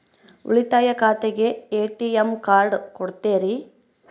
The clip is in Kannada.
ಉಳಿತಾಯ ಖಾತೆಗೆ ಎ.ಟಿ.ಎಂ ಕಾರ್ಡ್ ಕೊಡ್ತೇರಿ?